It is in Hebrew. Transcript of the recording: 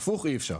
הפוך אי אפשר.